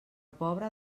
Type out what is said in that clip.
pobre